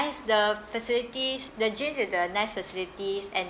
the facilities the gyms with the nice facilities and